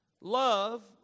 Love